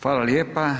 Hvala lijepa.